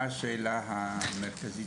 מה השאלה המרכזית?